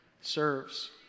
serves